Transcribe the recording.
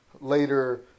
later